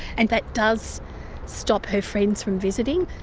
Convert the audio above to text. and that does stop her friends from visiting.